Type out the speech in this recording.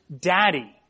Daddy